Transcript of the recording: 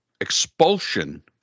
expulsion